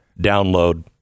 download